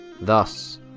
Thus